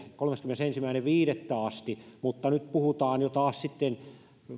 kolmaskymmenesensimmäinen viidettä asti mutta nyt puhutaan jo taas sitten